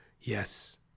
yes